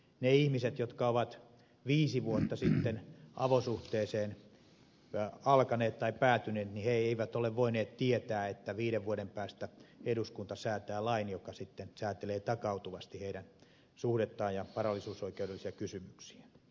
ne ihmiset jotka ovat viisi vuotta sitten avosuhteeseen alkaneet tai päätyneet eivät ole voineet tietää että viiden vuoden päästä eduskunta säätää lain joka sitten säätelee takautuvasti heidän suhdettaan ja varallisuusoikeudellisia kysymyksiä